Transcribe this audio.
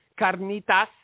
carnitas